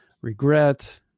regret